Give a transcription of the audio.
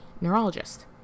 neurologist